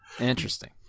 Interesting